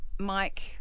Mike